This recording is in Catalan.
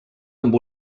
amb